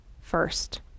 first